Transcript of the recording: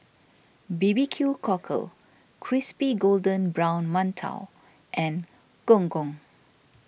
B B Q Cockle Crispy Golden Brown Mantou and Gong Gong